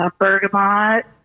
bergamot